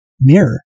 mirror